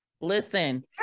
Listen